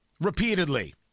repeatedly